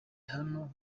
hano